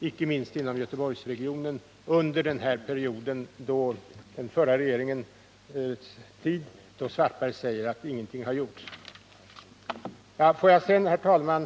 icke minst inom Göteborgsregionen under den förra regeringens tid då, som herr Svartberg säger, ingenting gjorts. Herr talman!